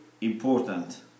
important